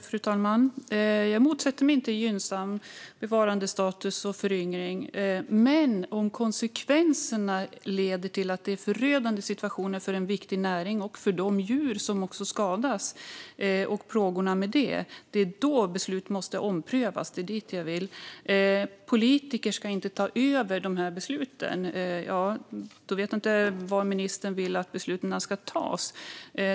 Fru talman! Jag motsätter mig inte gynnsam bevarandestatus och föryngring, men om konsekvenserna blir förödande för en viktig näring och för djur som skadas och plågas måste besluten omprövas. Det är dit jag vill. Politiker ska inte ta över besluten, säger ministern. Då förstår jag inte var ministern vill att besluten ska tas.